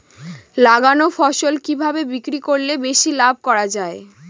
লাগানো ফসল কিভাবে বিক্রি করলে বেশি লাভ করা যায়?